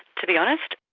to be honest.